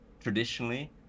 traditionally